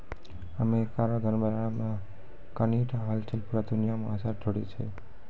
America रो धन बाजार मे कनी टा हलचल पूरा दुनिया मे असर छोड़ै छै